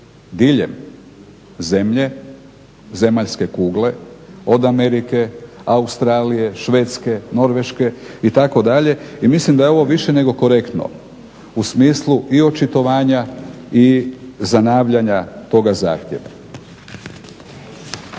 diljem zemlje, zemaljske kugle, od Amerike, Australije, Švedske, Norveške, itd. i mislim da je ovo više nego korektno, u smislu i očitovanja i zanavljanja toga zahtjeva.